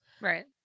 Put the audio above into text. right